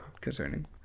concerning